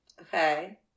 Okay